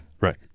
Right